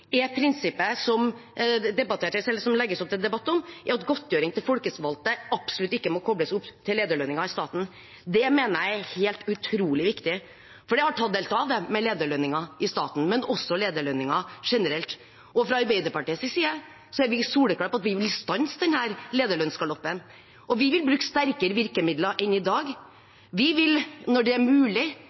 er prinsippet som det legges opp til debatt om, at godtgjørelsen til folkevalgte absolutt ikke må koples opp til lederlønninger i staten. Det mener jeg er helt utrolig viktig, for lederlønningene i staten har tatt helt av, men også lederlønninger generelt. Og fra Arbeiderpartiets side er vi soleklare på at vi vil stanse denne lederlønnsgaloppen, og vi vil bruke sterkere virkemidler enn i dag. Vi vil når det er mulig